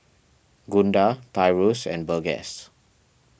Gunda Tyrus and Burgess